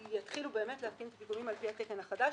באמת להתקין את הפיגומים על פי התקן החדש,